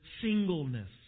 singleness